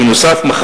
ונוסף על כך,